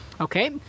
Okay